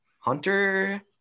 Hunter